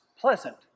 pleasant